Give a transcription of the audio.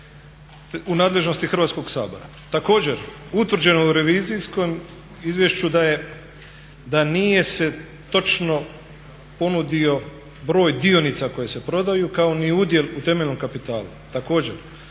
u nadležnosti Hrvatskog sabora. Također, utvrđeno je u revizijskom izvješću da nije se točno ponudio broj dionica koje se prodaju kao ni udjel u temeljnom kapitalu. Također,